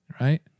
right